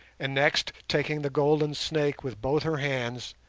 and next, taking the golden snake with both her hands,